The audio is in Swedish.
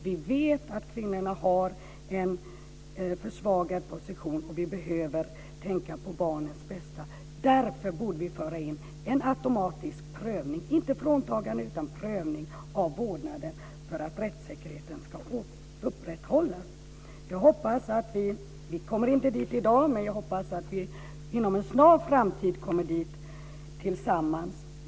Vi vet att kvinnorna har en försvagad position, och vi borde tänka på barnets bästa. Därför borde man föra in en automatisk prövning i lagen, inte ett fråntagande utan en prövning av vårdnaden för att rättssäkerheten ska kunna upprätthållas. Vi kommer inte dit i dag, men jag hoppas att vi tillsammans inom en snart framtid gör det.